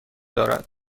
دارد